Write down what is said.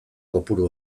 kopuru